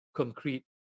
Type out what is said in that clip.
concrete